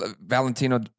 Valentino